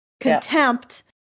contempt